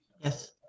Yes